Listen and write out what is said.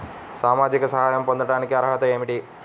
సామాజిక సహాయం పొందటానికి అర్హత ఏమిటి?